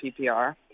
PPR